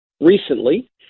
recently